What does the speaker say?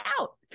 out